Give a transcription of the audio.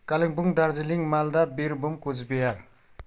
Kalimpong Darjeeling Malda Birbhum Cooch Behar